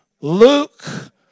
Luke